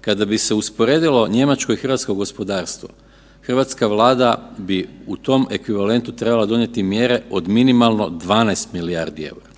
Kada bi se usporedilo njemačko i hrvatsko gospodarstvo, hrvatska Vlada bi u tom ekvivalentu trebala donijeti mjere od minimalno 12 milijardi eura.